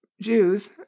Jews